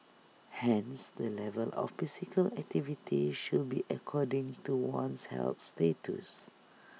hence the level of physical activity should be according to one's health status